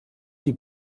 die